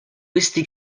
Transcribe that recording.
questi